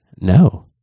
No